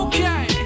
Okay